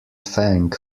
fang